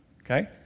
Okay